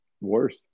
worse